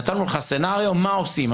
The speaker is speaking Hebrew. נתנו לך תסריט, מה עושים?